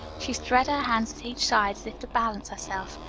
she spread her hands at each side, as if to balance herself,